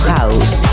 House